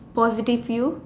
positive view